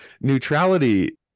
Neutrality